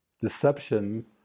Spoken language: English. deception